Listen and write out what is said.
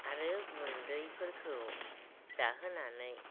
आरो गुन्दैफोरखौ जाहोनानै